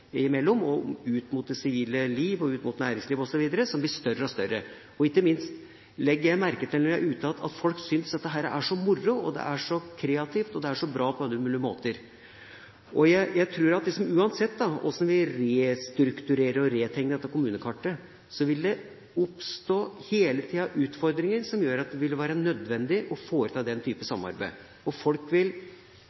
som blir større og større. Ikke minst legger jeg merke til når jeg er ute, at folk synes dette er så moro, kreativt og bra på alle mulige måter. Jeg tror at uansett hvordan vi restrukturerer og retegner dette kommunekartet, vil det hele tida oppstå utfordringer som gjør at det vil være nødvendig å foreta den